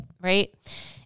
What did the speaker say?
Right